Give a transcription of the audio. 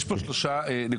יש פה חמש הסתייגויות.